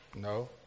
No